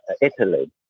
Italy